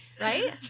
Right